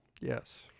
yes